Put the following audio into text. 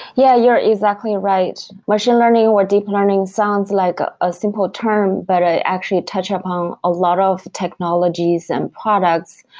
yeah, you're exactly right. machine learning, or deep learning sounds like a ah simple term, but i actually touch upon um a lot of technologies and products,